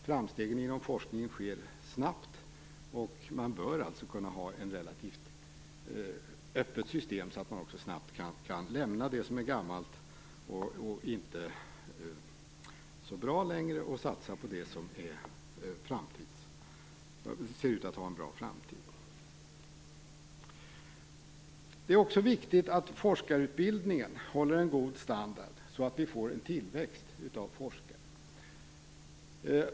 Framstegen inom forskningen sker snabbt, och man bör alltså kunna ha ett relativt öppet system så att man snabbt kan lämna det som är gammalt och inte så bra längre och i stället satsa på det som ser ut att ha en bra framtid. Forskarutbildningen måste hålla en god standard så att vi kan få en tillväxt av forskare.